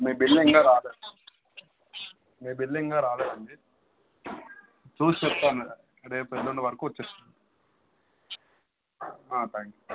మీ bill ఇంకా రాలేదు మీ బిల్ ఇంకా రాలేదండి చూసి చెప్తాను రేపు ఎల్లుండి వరకు వచ్చేస్తా థ్యాంక్స్ అండి